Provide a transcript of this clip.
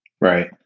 Right